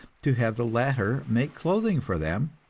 to have the latter make clothing for them,